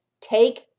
take